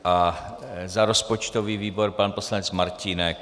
A za rozpočtový výbor pan poslanec Martínek.